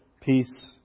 peace